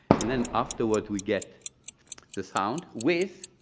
and then afterwards, we get the sound waves